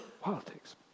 politics